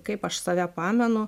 kaip aš save pamenu